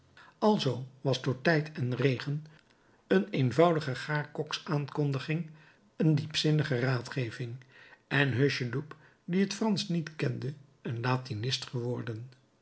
alzoo was door tijd en regen een eenvoudige gaarkoks aankondiging een diepzinnige raadgeving en hucheloup die het fransch niet kende een latinist geworden